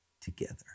together